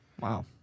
Wow